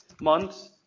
months